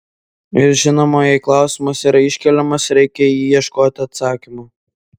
ir žinoma jei klausimas yra iškeliamas reikia į jį ieškoti atsakymo